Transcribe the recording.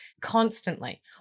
constantly